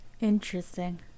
Interesting